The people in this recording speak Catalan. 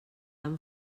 han